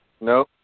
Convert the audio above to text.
No